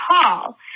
call